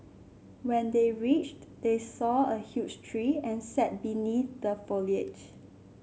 when they reached they saw a huge tree and sat beneath the foliage